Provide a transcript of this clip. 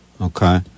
Okay